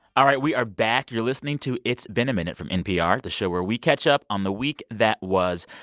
all right, we are back. you're listening to it's been a minute from npr, the show where we catch up on the week that was.